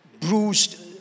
bruised